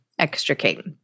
extricate